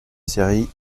série